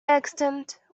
extent